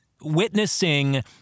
witnessing